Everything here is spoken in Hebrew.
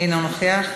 אינו נוכח,